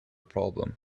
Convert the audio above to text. problem